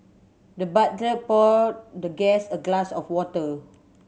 the butler poured the guest a glass of water